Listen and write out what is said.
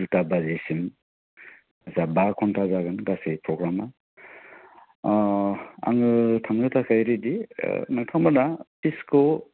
दुथा बाजिसिम आथसा बा घन्टा जागोन गासै प्रग्रामा अह आङो थांनो थाखाय रेडि ओह नोंथांमोनहा फिसखौ